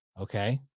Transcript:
Okay